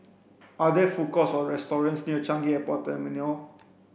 are there food courts or restaurants near Changi Airport Terminal